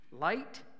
light